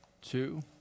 two